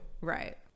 Right